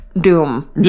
doom